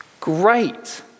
Great